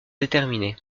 déterminé